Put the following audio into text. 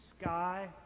sky